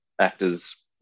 actors